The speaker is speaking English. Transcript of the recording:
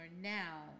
now